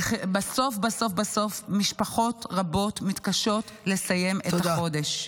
בסוף-בסוף-בסוף משפחות רבות מתקשות לסיים את החודש.